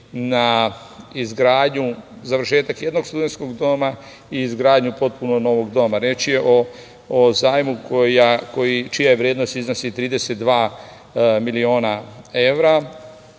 na izgradnju, završetak jednog studentskog doma i izgradnju potpuno novog doma. Reč je o zajmu čija vrednost iznosi 32 miliona evra